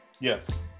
Yes